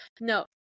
no